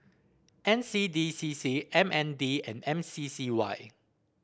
N C D C C M N D and M C C Y